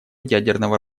ядерного